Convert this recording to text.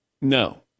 no